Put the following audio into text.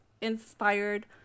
inspired